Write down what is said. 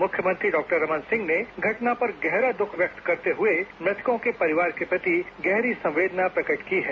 मुख्यमंत्री डॉक्टर रमन सिंह ने घटना पर गहरा दुख व्यक्त करते हुए मृतकों के परिवार के प्रति गहरी संवेदना प्रकट की है